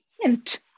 hint